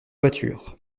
voiture